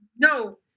No